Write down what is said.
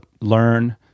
learn